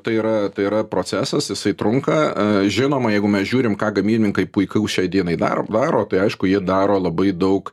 tai yra tai yra procesas jisai trunka žinoma jeigu mes žiūrim ką gamybininkai puikaus šiai dienai daro varo tai aišku jie daro labai daug